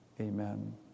amen